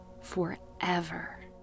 forever